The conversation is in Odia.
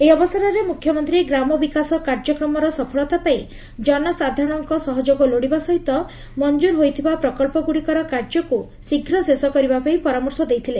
ଏହି ଅବସରରେ ମୁଖ୍ୟମନ୍ତୀ ଗ୍ରାମ ବିକାଶ କାର୍ଯ୍ୟକ୍ରମର ସଫଳତାପାଇଁ ଜନସାଧାରଶଙ୍କ ସହଯୋଗ ଲୋଡ଼ିବା ସହିତ ମଞ୍ଚୁର ହୋଇଥିବା ପ୍ରକବ୍ବଗୁଡ଼ିକର କାର୍ଯ୍ୟକୁ ଶୀଘ୍ର ଶେଷ କରିବାପାଇଁ ପରାମର୍ଶ ଦେଇଥିଲେ